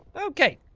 ok.